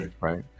right